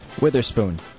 Witherspoon